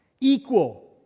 Equal